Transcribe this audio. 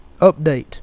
Update